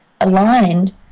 aligned